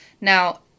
Now